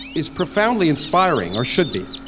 is profoundly inspiring or should be